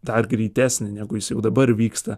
dar greitesnį negu jis jau dabar vyksta